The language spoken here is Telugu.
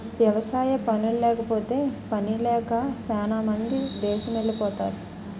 వ్యవసాయ పనుల్లేకపోతే పనిలేక సేనా మంది దేసమెలిపోతరు